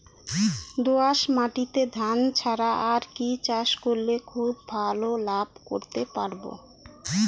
দোয়াস মাটিতে ধান ছাড়া আর কি চাষ করলে খুব ভাল লাভ করতে পারব?